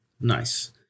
Nice